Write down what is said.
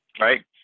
Right